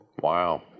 Wow